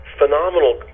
phenomenal